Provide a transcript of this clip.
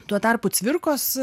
tuo tarpu cvirkos